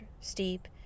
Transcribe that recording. steep